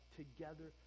together